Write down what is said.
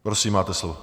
Prosím, máte slovo.